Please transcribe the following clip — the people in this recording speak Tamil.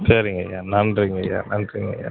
சரிங்கய்யா நன்றிங்கய்யா நன்றிங்கய்யா